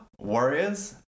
Warriors